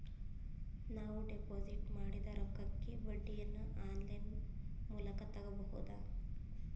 ನಾವು ಡಿಪಾಜಿಟ್ ಮಾಡಿದ ರೊಕ್ಕಕ್ಕೆ ಬಡ್ಡಿಯನ್ನ ಆನ್ ಲೈನ್ ಮೂಲಕ ತಗಬಹುದಾ?